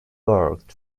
worked